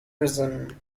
prism